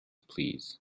please